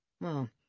Well